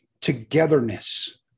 togetherness